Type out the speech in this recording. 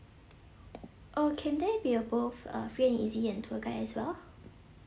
oh can there be a both uh free and easy and tour guide as well